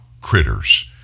critters